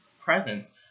presence